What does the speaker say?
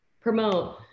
promote